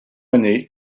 année